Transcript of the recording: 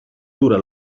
dura